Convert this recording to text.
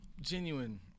genuine